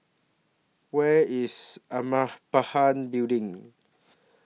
Where IS Building